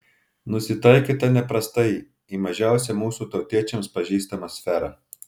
nusitaikyta neprastai į mažiausią mūsų tautiečiams pažįstamą sferą